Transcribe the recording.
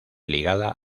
ligada